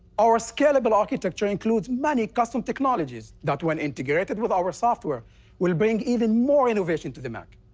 our scalable architecture includes many custom technologies that when integrated with our software will bring even more innovation to the mac.